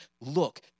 look